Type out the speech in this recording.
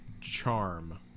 charm